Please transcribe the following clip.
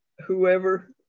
whoever